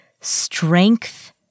strength